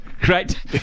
Great